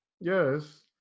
yes